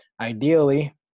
ideally